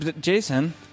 Jason